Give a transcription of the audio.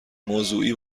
موضوعی